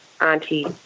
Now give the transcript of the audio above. Auntie